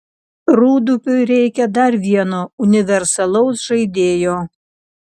rūdupiui reikia dar vieno universalaus žaidėjo